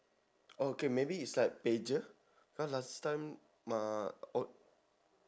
oh okay maybe is like pager cause last time my oh